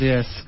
Yes